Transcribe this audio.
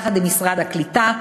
יחד עם משרד הקליטה,